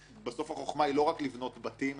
בסוף החוכמה היא לא רק לבנות בתים אלא שגם